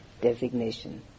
designation